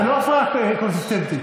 זאת לא הפרעה קונסיסטנטית.